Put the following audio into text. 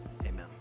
Amen